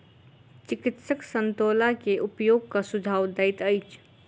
चिकित्सक संतोला के उपयोगक सुझाव दैत अछि